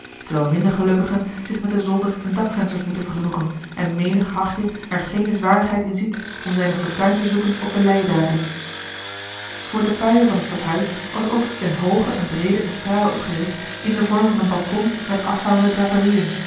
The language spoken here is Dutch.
terwijl minder gelukkigen zich met de zolder en dakvensters moeten vergenoegen en menig hachje er geene zwarigheid in ziet om zijne fortuin te zoeken op de leiendaken vor de puie van t stadhuis was ook eene hooge en breede estrade opgericht in den vorm van een balkon met afhangende draperiën